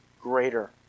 greater